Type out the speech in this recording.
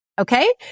Okay